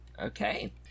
Okay